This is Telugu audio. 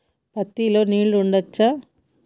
పత్తి లో నీళ్లు ఉంచచ్చా?